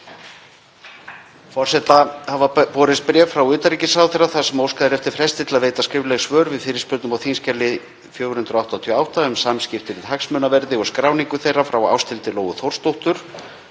Forseta hafa borist bréf frá utanríkisráðherra þar sem óskað er eftir fresti til að veita skrifleg svör við fyrirspurnum á þskj. 488, um samskipti við hagsmunaverði og skráningu þeirra, frá Ásthildi Lóu Þórsdóttur,